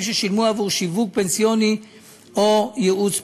ששילמו עבור שיווק פנסיוני או ייעוץ פנסיוני.